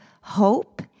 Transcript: Hope